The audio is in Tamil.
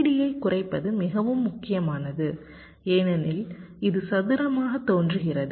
VDD ஐக் குறைப்பது மிகவும் முக்கியமானது ஏனெனில் இது சதுரமாகத் தோன்றுகிறது